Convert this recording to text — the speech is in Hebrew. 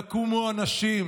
יקומו אנשים,